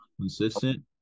consistent